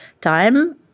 time